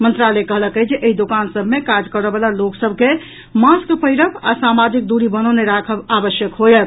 मंत्रालय कहलक अछि जे एहि दोकान सभ मे काज करयवला लोक सभ के मास्क पहिरब आ सामाजिक दूरी बनौने राखब आवश्यक होयत